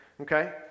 okay